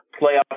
playoff